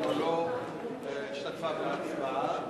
לא השתתפנו בהצבעה,